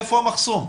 איפה המחסום?